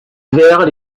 verres